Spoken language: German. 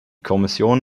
kommission